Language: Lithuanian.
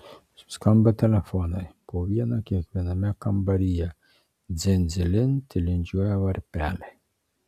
suskamba telefonai po vieną kiekviename kambaryje dzin dzilin tilindžiuoja varpeliai